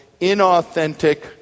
inauthentic